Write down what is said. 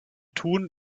tun